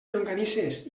llonganisses